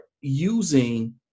using